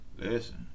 Listen